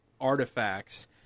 artifacts